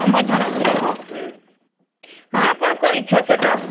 ଆମର ଜଣ ଭୋଜନ ହଁ ହଁ ଆପଣଙ୍କ ଇଚ୍ଛା ସେଟା